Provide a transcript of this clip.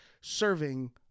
serving